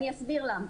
אני אסביר למה.